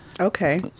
okay